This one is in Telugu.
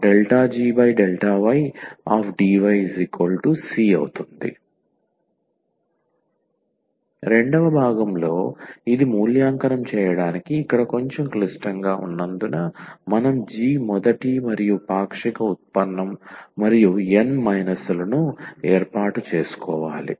MdxN ∂g∂ydyc రెండవ భాగంలో ఇది మూల్యాంకనం చేయడానికి ఇక్కడ కొంచెం క్లిష్టంగా ఉన్నందున మనం g మొదటి మరియు పాక్షిక ఉత్పన్నం మరియు N మైనస్లను ఏర్పాటు చేసుకోవాలి